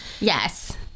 Yes